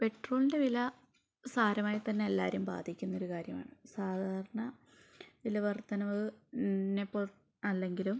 പെട്രോളിന്റെ വില സാരമായിത്തന്നെ എല്ലാവരേയും ബാധിക്കുന്നൊരു കാര്യമാണ് സാധാരണ വില വർധനവിനെപ്പോൽ അല്ലെങ്കിലും